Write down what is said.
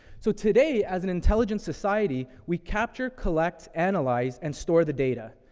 so today, as an intelligent society, we capture, collect, analyze, and store the data.